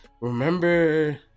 remember